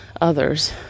others